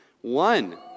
One